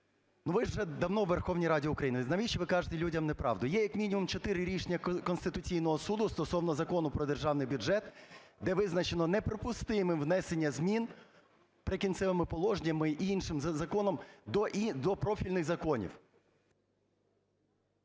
Ви вже давно у Верховній Раді України, навіщо ви кажете людям неправду. Є, як мінімум, чотири рішення Конституційного Суду стосовно Закону про державний бюджет, де визначено неприпустимим внесення змін "Прикінцевими положеннями" і іншим законом до профільних законів.